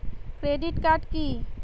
Credit card কি?